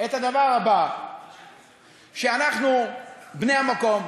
את הדבר ש"אנחנו בני המקום".